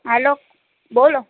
hello બોલો